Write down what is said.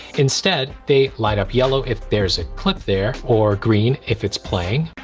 instead they light up yellow if there's a clip there or green if it's playing